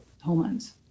hormones